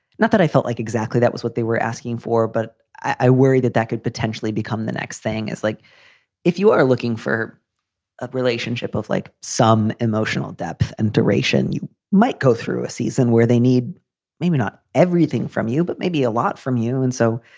not that i felt like exactly that was what they were asking for, but i worry that that could potentially become the next thing is like if you are looking for a relationship of like some emotional depth and duration, you might go through a season where they need maybe not everything from you, but maybe a lot from you. and so,